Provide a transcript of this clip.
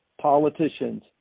politicians